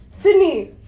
Sydney